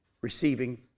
receiving